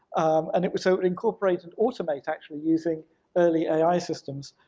and it was, so it incorporated automate, actually, using early ai systems,